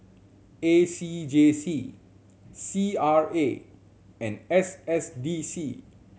A C J C C R A and S S D C